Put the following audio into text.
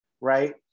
right